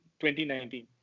2019